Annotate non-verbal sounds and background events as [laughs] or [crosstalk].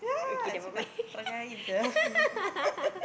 okay never mind [laughs]